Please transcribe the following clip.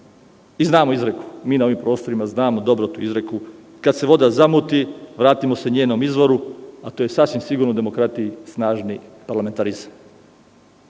Znamo izreku, mi na ovim prostorima znamo izreku, kada se voda zamuti, vratimo se njenom izvoru, a to je sasvim sigurno demokratiji snažnog parlamentarizma. Poštovani